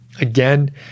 Again